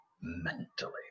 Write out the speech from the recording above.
mentally